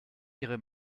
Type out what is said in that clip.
ihre